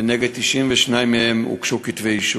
ונגד 92 מהם הוגשו כתבי-אישום.